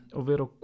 ovvero